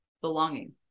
belonging